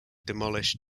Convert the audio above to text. demolished